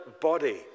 body